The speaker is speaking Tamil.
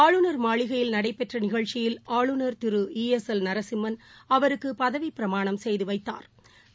ஆளுநர் மாளிகையில் நடைபெற்றநிகழ்ச்சியில் ஆளுநர் திரு இ எஸ் எல் நரசிம்மன் அவருக்குபதவிப்பிரமாணம் செய்துவைத்தாா்